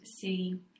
see